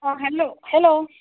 অঁ hello hello